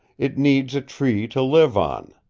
it needs a tree to live on.